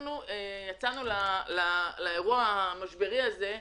כשאנחנו יצאנו לאירוע המשברי הזה,